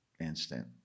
Instant